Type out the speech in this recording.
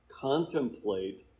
contemplate